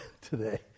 today